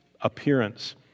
appearance